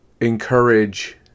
encourage